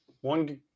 one